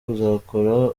kuzakora